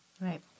Right